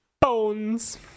Bones